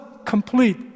complete